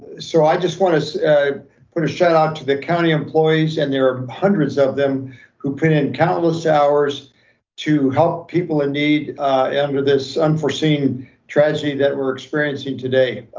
so i just wanna put a shout out to the county employees, and there are hundreds of them who put in countless hours to help people in need under this unforeseen tragedy that we're experiencing today.